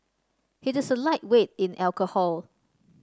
he a lightweight in alcohol